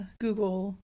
google